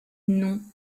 non